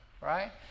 right